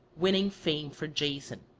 winning fame for jason.